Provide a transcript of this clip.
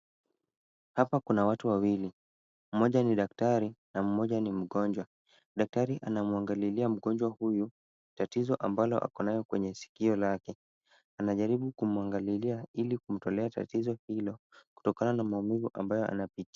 Hapa kuna watu wawili. Mmoja ni daktari na mmoja ni mgonjwa. Daktari anamuangalililia mgonjwa huyu tatizo ambalo ako nayo kwenye sikio lake. Anajaribu kumuangalililia ili kumtolea tatizo hilo kutokana na maumivu ambayo anapitia.